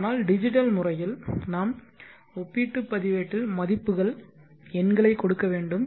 ஆனால் டிஜிட்டல் முறையில் நாம் ஒப்பிட்டுப் பதிவேட்டில் மதிப்புகள் எண்களைக் கொடுக்க வேண்டும்